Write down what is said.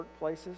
workplaces